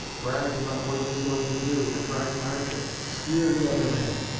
brags about what he is going to do, and tries hard to skeer the other man.